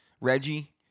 Reggie